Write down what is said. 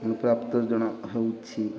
ଅନୁପ୍ରାପ୍ତ ଜଣ ହେଉଛି